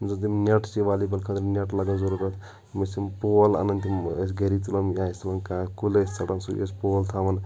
یِم زَن تِم نٮ۪ٹ چھِ والی بال خٲطرٕ نٮ۪ٹ لَگان ضٔروٗرَتھ یِم ٲسۍ تِم پول اَنان تِم ٲسۍ گَری تُلان یا آسہِ تُلان کانٛہہ کُلۍ ٲسۍ ژَٹان سُے أسۍ پول تھاوان